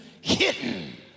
hidden